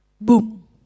Boom